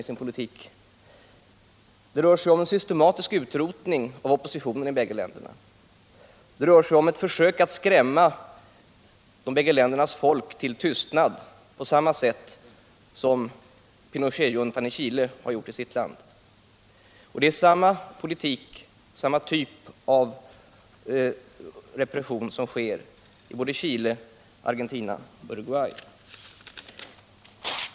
Det rör sig i bägge länderna om en systematisk utrotning av oppositionen och om ett försök att 63 Om ett svenskt FN-initiativ rörande förhållandena skrämma de båda ländernas folk till tystnad på samma sätt som Pinochet Juntan i sitt land. Det är samma politik och samma typ av repression i Chile, Argentina och Uruguay.